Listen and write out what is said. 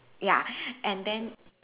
ya and then